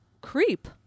Creep